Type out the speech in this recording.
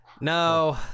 no